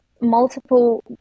multiple